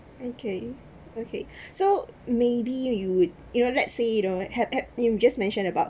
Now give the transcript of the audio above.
okay okay so maybe you you know let's say you have have you just mention about